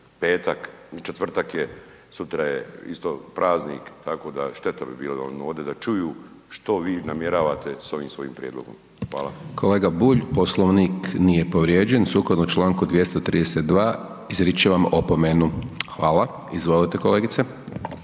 petak, četvrtak je, sutra je isto praznik, tako da šteta bi da su oni ovdje da čuju što vi namjeravate s ovim svojim prijedlogom. Hvala. **Hajdaš Dončić, Siniša (SDP)** Kolega Bulj, Poslovnik nije povrijeđen, sukladno čl. 232. izričem vam opomenu, hvala. Izvolite kolegice.